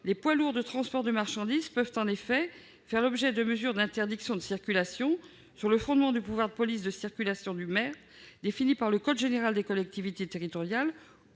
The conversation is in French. les poids lourds de transport de marchandises peuvent faire l'objet de mesures d'interdiction de circulation sur le fondement du pouvoir de police de circulation du maire, défini par le code général des collectivités territoriales,